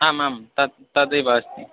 आमां तत् तदेव अस्ति